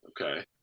Okay